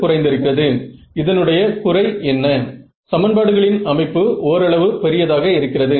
அங்கே நன்றாக கன்வர்ஜ் நடப்பதாக தெரிகிறது